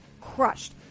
crushed